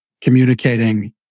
communicating